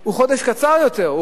הוא חודש קצר יותר,